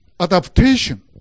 adaptation